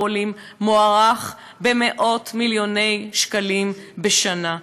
עולים מוערך במאות-מיליוני שקלים בשנה.